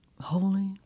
holy